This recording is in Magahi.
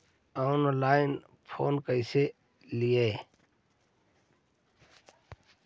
ऑनलाइन लोन कैसे ली?